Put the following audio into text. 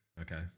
Okay